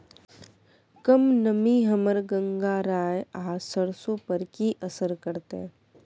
कम नमी हमर गंगराय आ सरसो पर की असर करतै?